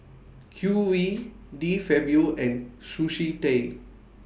Q V De Fabio and Sushi Tei